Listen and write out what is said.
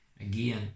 again